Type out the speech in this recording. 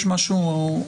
יש משהו,